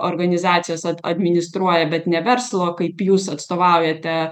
organizacijos administruoja bet ne verslo kaip jūs atstovaujate